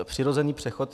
Přirozený přechod.